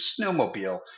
snowmobile